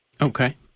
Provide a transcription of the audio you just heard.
Okay